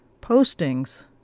postings